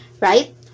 right